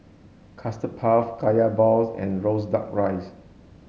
custard puff kaya balls and roasted duck rice